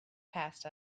passed